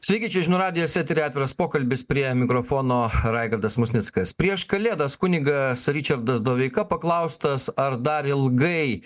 sveiki čia žinių radijas eteryje atviras pokalbis prie mikrofono raigardas musnickas prieš kalėdas kunigas ričardas doveika paklaustas ar dar ilgai